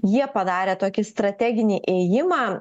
jie padarė tokį strateginį ėjimą